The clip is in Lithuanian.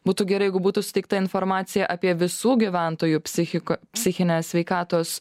būtų gerai jeigu būtų suteikta informacija apie visų gyventojų psichiką psichinės sveikatos